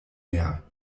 mehr